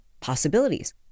possibilities